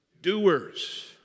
doers